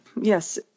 Yes